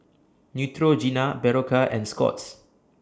Neutrogena Berocca and Scott's